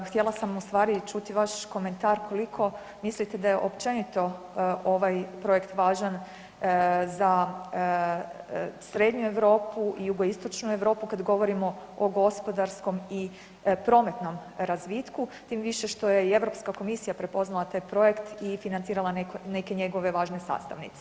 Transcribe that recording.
Htjela sam ustvari čuti vaš komentar koliko mislite da je općenito ovaj projekt važan za srednju Europu, jugoistočnu Europu kad govorimo o gospodarskom i prometnom razvitku tim više što je i Europska komisija prepoznala taj projekt i financirala neke njegove važne sastavnice.